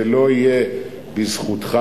זה לא יהיה בזכותך.